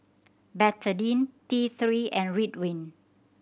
Betadine T Three and Ridwind